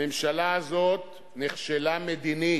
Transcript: הממשלה הזאת נכשלה מדינית,